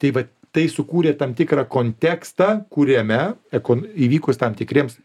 tai vat tai sukūrė tam tikrą kontekstą kuriame ekon įvykus tam tikriems